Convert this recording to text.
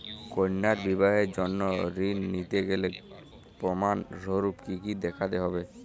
কন্যার বিবাহের জন্য ঋণ নিতে গেলে প্রমাণ স্বরূপ কী কী দেখাতে হবে?